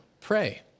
pray